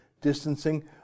distancing